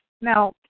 Now